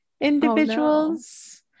individuals